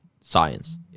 science